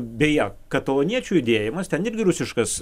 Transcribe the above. beje kataloniečių judėjimas ten irgi rusiškas